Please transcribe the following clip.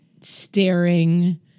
staring